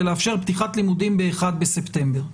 לאפשר פתיחת שנת לימודים ב-1 בספטמבר,